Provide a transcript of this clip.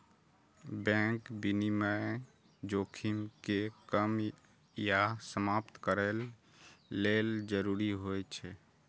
bank विनियमन जोखिम कें कम या समाप्त करै लेल जरूरी होइ छै